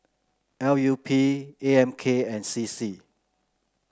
L U P A M K and C C